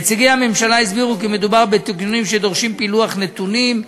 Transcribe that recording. נציגי הממשלה הסבירו כי מדובר בתיקונים שדורשים פילוח נתונים,